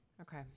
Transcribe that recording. Okay